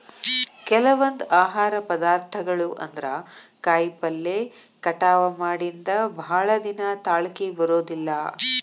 ಕೆಲವೊಂದ ಆಹಾರ ಪದಾರ್ಥಗಳು ಅಂದ್ರ ಕಾಯಿಪಲ್ಲೆ ಕಟಾವ ಮಾಡಿಂದ ಭಾಳದಿನಾ ತಾಳಕಿ ಬರುದಿಲ್ಲಾ